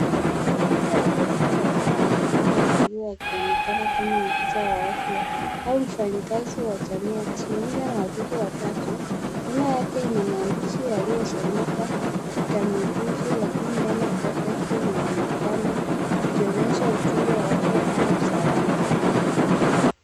Mwanamke aliyevaa barakoa na fulana ya bluu akionekana kana akiwa wa afya au mfanyikazi wa jamii akizugumza na watoto watatu. Nguo yake ina maandishi yasiyosomeka kikamilifu lakini neno protective inaonekana ikionyesha ujumbe wa afya au usalama.